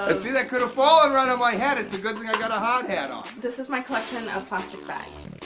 ah see that could have fallen right on my head! it's a good thing i got a hard hat on. this is my collection of plastic bags.